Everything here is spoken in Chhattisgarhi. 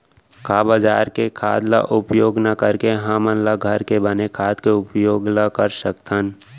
का बजार के खाद ला उपयोग न करके हमन ल घर के बने खाद के उपयोग ल कर सकथन?